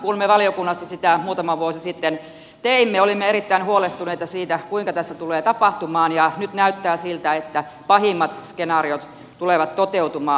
kun me valiokunnassa sitä muutama vuosi sitten teimme olimme erittäin huolestuneita siitä kuinka tässä tulee tapahtumaan ja nyt näyttää siltä että pahimmat skenaariot tulevat toteutumaan